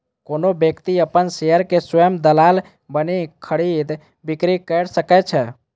कोनो व्यक्ति अपन शेयर के स्वयं दलाल बनि खरीद, बिक्री कैर सकै छै